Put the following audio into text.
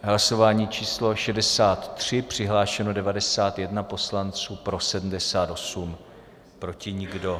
V hlasování číslo 63 přihlášeno 91 poslanců, pro 78, proti nikdo.